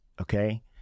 okay